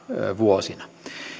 vuosina